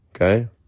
Okay